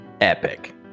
epic